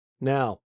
Now